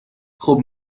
خوب